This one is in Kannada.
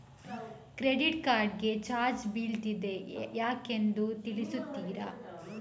ಕ್ರೆಡಿಟ್ ಕಾರ್ಡ್ ಗೆ ಚಾರ್ಜ್ ಬೀಳ್ತಿದೆ ಯಾಕೆಂದು ತಿಳಿಸುತ್ತೀರಾ?